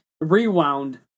rewound